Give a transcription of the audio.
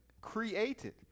created